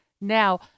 Now